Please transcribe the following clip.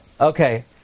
Okay